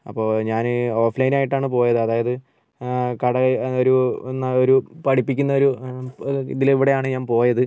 അപ്പോൾ ഞാൻ offline ആയിട്ടാണ് പോയത് അതായത് കട ഒരു പഠിപ്പിക്കുന്ന ഒരു ഇതിൽ ഇവിടെയാണ് ഞാൻ പോയത്